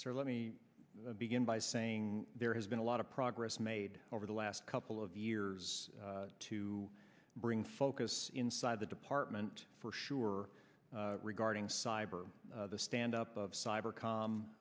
sir let me begin by saying there has been a lot of progress made over the last couple of years to bring focus inside the department for sure regarding cyber the stand up of cyber